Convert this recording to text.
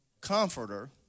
comforter